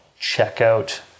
checkout